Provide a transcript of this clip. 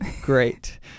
great